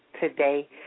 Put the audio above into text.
today